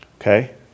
Okay